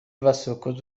وسکوت